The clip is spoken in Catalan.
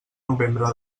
novembre